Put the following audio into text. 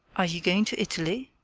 are you going to italy?